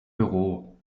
büro